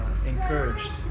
encouraged